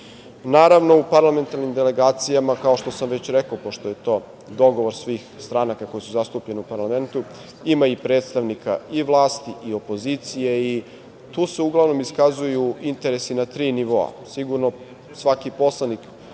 Naravno, u parlamentarnim delegacijama, kao što sam već rekao, pošto je to dogovor svih stranaka koje su zastupljene u parlamentu, ima i predstavnika i vlasti i opozicije. Tu se uglavnom iskazuju interesi na tri nivoa, sigurno svaki poslanik